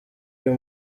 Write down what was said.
uyu